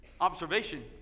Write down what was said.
observation